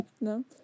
No